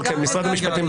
אבל משרד המשפטים,